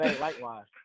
Likewise